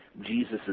Jesus